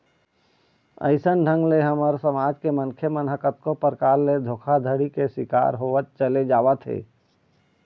अइसन ढंग ले हमर समाज के मनखे मन ह कतको परकार ले धोखाघड़ी के शिकार होवत चले जावत हे